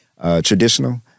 traditional